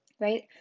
right